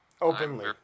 Openly